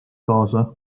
kaasa